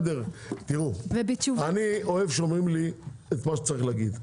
תראו, אני אוהב שאומרים לי את מה שצריך להגיד.